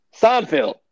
Seinfeld